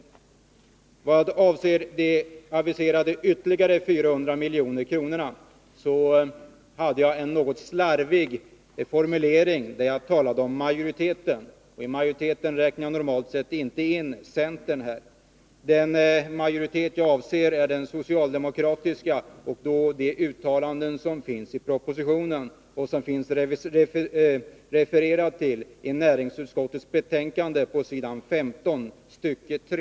I vad avser de aviserade ytterligare 400 miljoner kronorna talade jag i en något slarvig formulering om ”majoriteten”. I majoriteten räknas normalt inte centern in. Den majoritet jag avser är den socialdemokratiska, som står bakom de uttalanden i propositionen som det refereras till i tredje stycket på s. 15 i näringsutskottets betänkande.